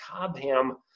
Cobham